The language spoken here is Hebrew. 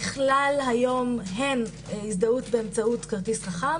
נכלל היום הן הזדהות באמצאות כרטיס חכם